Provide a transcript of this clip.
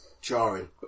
Jarring